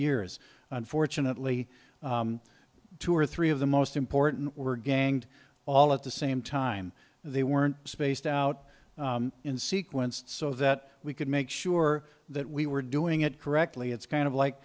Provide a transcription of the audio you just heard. years unfortunately two or three of the most important were ganged all at the same time they weren't spaced out in sequence so that we could make sure that we were doing it correctly it's kind of